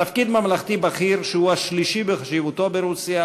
תפקיד ממלכתי בכיר שהוא השלישי בחשיבותו ברוסיה,